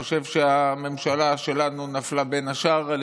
אני חושב שהממשלה שלנו נפלה בין השאר על